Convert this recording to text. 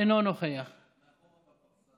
ורק להעביר